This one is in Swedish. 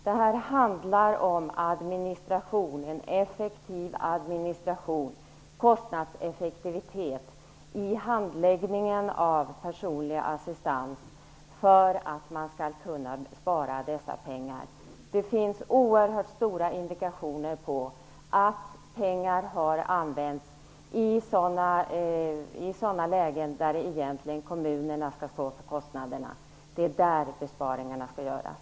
Det handlar om en effektiv administration och kostnadseffektivitet i handläggningen av frågor om personlig assistans för att man skall kunna spara dessa pengar. Det finns oerhört starka indikationer på att pengar har använts på sådant där egentligen kommunerna skall stå för kostnaderna. Det är där besparingen skall göras.